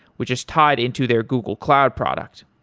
which is tied into their google cloud product.